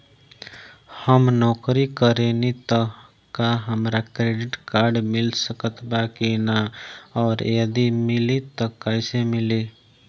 हम नौकरी करेनी त का हमरा क्रेडिट कार्ड मिल सकत बा की न और यदि मिली त कैसे मिली?